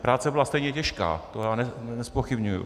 Práce byla stejně těžká, to nezpochybňuji.